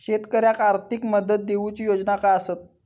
शेतकऱ्याक आर्थिक मदत देऊची योजना काय आसत?